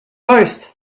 most